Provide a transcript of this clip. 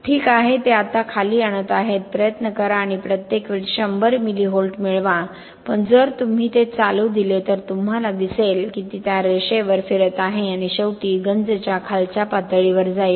ठीक आहे ते आता खाली आणत आहेत प्रयत्न करा आणि प्रत्येक वेळी 100 मिली व्होल्ट मिळवा पण जर तुम्ही ते चालू दिले तर तुम्हाला दिसेल की ते त्या रेषेवर फिरत आहे आणि शेवटी गंजच्या खालच्या पातळीवर जाईल